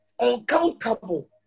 Uncountable